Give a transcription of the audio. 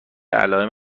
علائم